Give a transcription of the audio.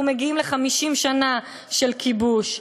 אנחנו מגיעים ל-50 שנה של כיבוש.